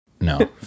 No